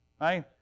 Right